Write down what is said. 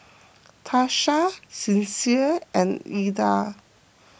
Tasha Sincere and Illa